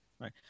right